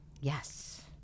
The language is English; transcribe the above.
Yes